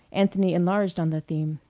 anthony enlarged on the theme.